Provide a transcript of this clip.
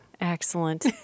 excellent